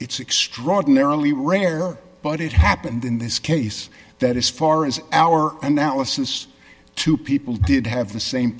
it's extraordinarily rare but it happened in this case that as far as our analysis two people did have the same